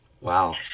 Wow